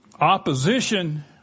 Opposition